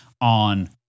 on